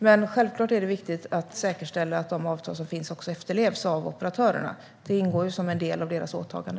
Men självklart är det viktigt att säkerställa att de avtal som finns också efterlevs av operatörerna. Detta ingår ju i deras åtagande.